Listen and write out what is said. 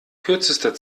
kürzester